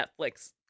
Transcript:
Netflix